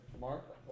mark